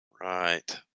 Right